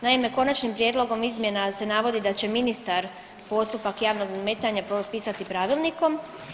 Naime, konačnim prijedlogom izmjena se navodi da će ministar postupak javnog nadmetanja propisati pravilnikom.